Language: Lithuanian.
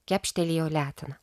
kepštelėjo letena